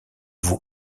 vous